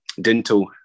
dental